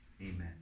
Amen